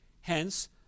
hence